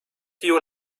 you